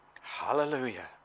Hallelujah